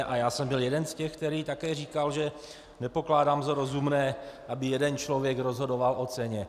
A já jsem byl jeden z těch, který také říkal, že nepokládám za rozumné, aby jeden člověk rozhodoval o ceně.